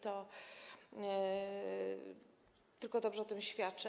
To tylko dobrze o tym świadczy.